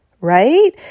right